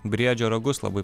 briedžio ragus labai